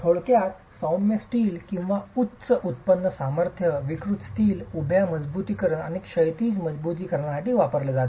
थोडक्यात सौम्य स्टील किंवा उच्च उत्पन्न सामर्थ्य विकृत स्टील उभ्या मजबुतीकरण आणि क्षैतिज मजबुतीकरणासाठी वापरले जाते